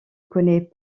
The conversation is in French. connait